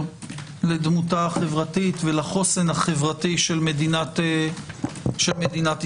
לדמותה החברתית ולחוסן החברתי של מדינת ישראל.